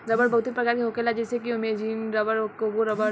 रबड़ बहुते प्रकार के होखेला जइसे कि अमेजोनियन रबर, कोंगो रबड़